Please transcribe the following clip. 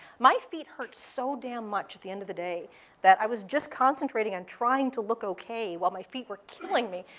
my feet hurt so damn much at the end of the day that i was just concentrating on trying to look okay while my feet were killing me.